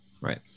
Right